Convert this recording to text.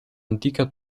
antica